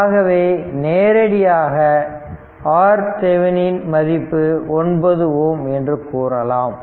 ஆகவே நேரடியாக RThevenin இன் மதிப்பு 9 Ω என்று கூறலாம்